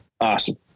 awesome